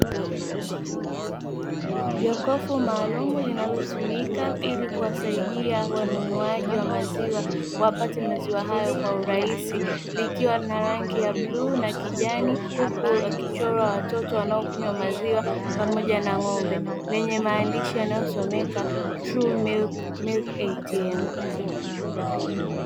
Jokofu maalumu linalotumika ili kuwasaidia wanunuaji wa maziwa wapate maziwa hayo kwa urahisi, likiwa na rangi ya bluu na kijani huku wakichorwa watoto wanakunywa maziwa pamoja na ng'ombe, lenye maandishi yanayosomeka "true milk ATM".